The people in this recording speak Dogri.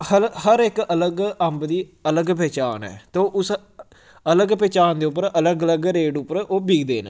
हर हर इक अलग अम्ब दी अलग पैह्चान ऐ ते उस अलग पैह्चान दे उप्पर अलग अलग रेट उप्पर ओह् बिकदे न